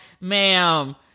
ma'am